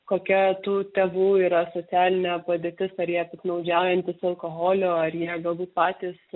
kokia tų tėvų yra socialinė padėtis ar jie piktnaudžiaujantys alkoholiu ar jie galbūt patys